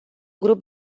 grup